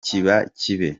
kibe